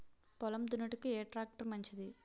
పొలం దున్నుటకు ఏ ట్రాక్టర్ మంచిది?